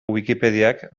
wikipediak